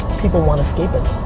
people want escapism.